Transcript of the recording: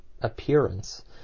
appearance